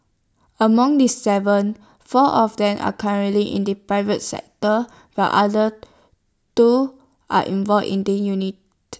among the Seven four are of them are currently in the private sector while other two are involved in the union